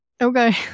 okay